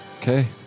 Okay